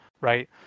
right